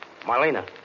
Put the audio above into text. Marlena